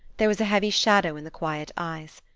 there was a heavy shadow in the quiet eyes.